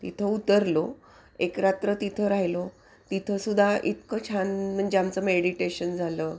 तिथं उतरलो एक रात्र तिथं राहिलो तिथं सुद्धा इतकं छान म्हणजे आमचं मेडिटेशन झालं